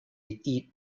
eat